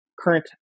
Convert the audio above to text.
current